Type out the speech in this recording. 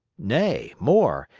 nay, more,